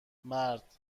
مرد